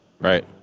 right